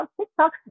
TikTok